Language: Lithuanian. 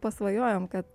pasvajojam kad